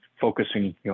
focusing